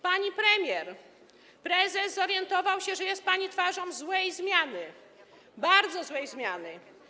Pani premier, prezes zorientował się, że jest pani twarzą złej zmiany, bardzo złej zmiany.